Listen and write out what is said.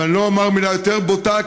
ואני לא אומר מילה יותר בוטה,